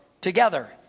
together